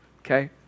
okay